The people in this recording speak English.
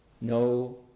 no